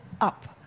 up